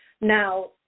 Now